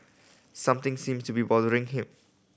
something seems to be bothering him